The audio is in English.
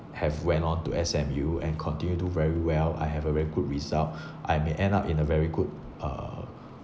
have went on to S_M_U and continue do very well I have a very good result I may end up in a very good uh